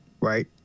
right